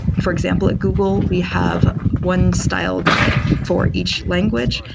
for example, at google, we have one style guide for each language.